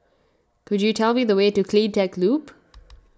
could you tell me the way to CleanTech Loop